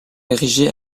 érigés